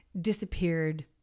disappeared